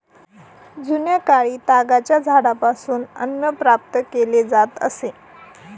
जुन्याकाळी तागाच्या झाडापासून अन्न प्राप्त केले जात असे